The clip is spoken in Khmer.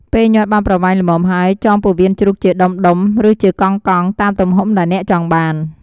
ពេលញាត់បានប្រវែងល្មមហើយ ចងពោះវៀនជ្រូកជាដុំៗ ឬជាកង់ៗ តាមទំហំដែលអ្នកចង់បាន។